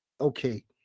okay